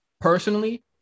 Personally